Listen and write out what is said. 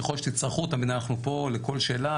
ככל שתצטרכו, תמיד אנחנו פה לכל שאלה.